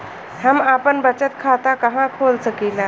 हम आपन बचत खाता कहा खोल सकीला?